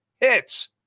hits